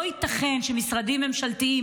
לא ייתכן שמשרדים ממשלתיים,